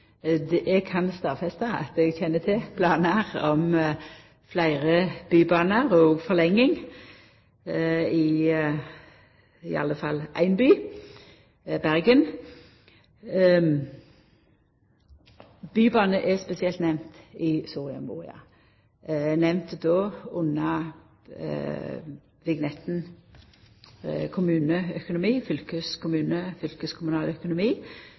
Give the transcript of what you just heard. Eg kan stadfesta at eg kjenner til planar om fleire bybanar og òg forlenging i alle fall i ein by, Bergen. Bybanar er spesielt nemnde i Soria Moria, under kapitlet Samferdsel. Der er det sagt at Regjeringa skal sørgja for ein fylkeskommunal økonomi